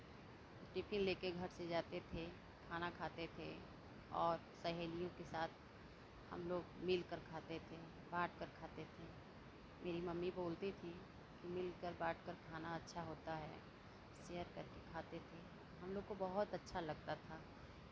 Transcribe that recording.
tiffin ले के घर से जाते थे खाना खाते थे और सहेलियों के साथ हमलोग मिल कर खाते थे बांट कर खाते थे मेरी मम्मी बोलती थी कि मिल कर बांट कर खाना अच्छा होता है शेयर करके खाते थे हमलोग को बहुत अच्छा लगता था